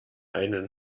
einen